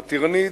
מתירניות,